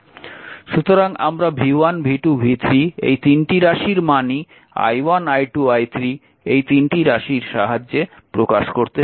সুতরাং আমরা v1 v2 v3 এই তিনটি রাশির মানই i1 i2 i3 এই তিনটি রাশির সাহায্যে প্রকাশ করতে পেরেছি